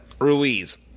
Ruiz